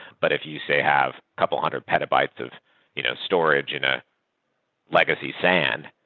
but if you say have a couple hundred petabytes of you know storage in a legacy sand,